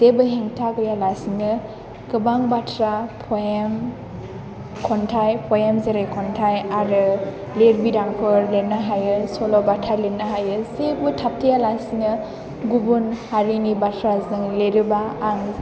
जेबो हेंथा गैयालासिनो गोबां बाथ्रा पइम खन्थाइ पइम जेरै खन्थाइ आरो लिरबिदांफोर लिरनो हायो सल'बाथा लिरनो हायो एसेबो थाबथायालासिनो गुबुन हारिनि बाथ्रा जों लिरोब्ला आं